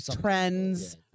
trends